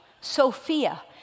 Sophia